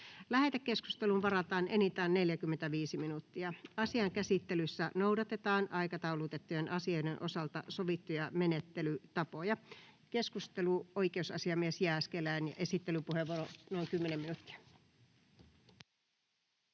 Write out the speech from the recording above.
Lähetekeskusteluun varataan enintään 45 minuuttia. Asian käsittelyssä noudatetaan aikataulutettujen asioiden osalta sovittuja menettelytapoja. — Keskustelu, oikeusasiamies Jääskeläinen, esittelypuheenvuoro noin 10 minuuttia.